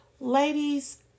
Ladies